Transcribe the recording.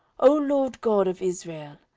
o lord god of israel,